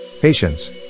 Patience